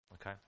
Okay